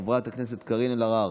חברת הכנסת קארין אלהרר,